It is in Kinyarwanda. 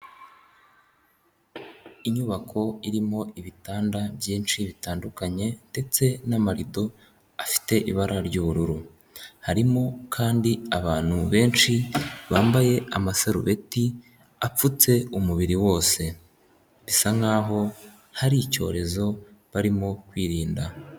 Inyubako irimo ibitanda byinshi bitandukanye ndetse n'amarido afite ibara ry'ubururu, harimo kandi abantu benshi bambaye amaserubeti apfutse umubiri wose bisa nkaho hari icyorezo barimo kwirinda.